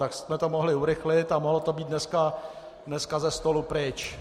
Tak jsme to mohli urychlit a mohlo to být dneska ze stolu pryč.